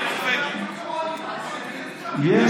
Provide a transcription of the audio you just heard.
הייתה העמדה, כדי שלא תהיה נורבגי.